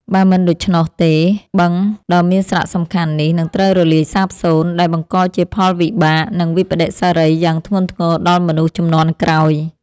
បើមិនដូច្នោះទេ បឹងដ៏មានសារៈសំខាន់នេះនឹងត្រូវរលាយសាបសូន្យ ដែលបង្កជាផលវិបាក និងវិប្បដិសារីយ៉ាងធ្ងន់ធ្ងរដល់មនុស្សជំនាន់ក្រោយ។